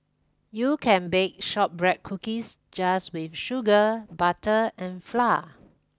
you can bake shortbread cookies just with sugar butter and flour